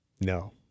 No